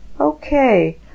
Okay